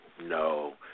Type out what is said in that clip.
No